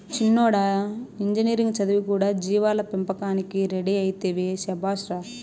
చిన్నోడా ఇంజనీరింగ్ చదివి కూడా జీవాల పెంపకానికి రెడీ అయితివే శభాష్ రా